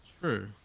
true